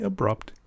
Abrupt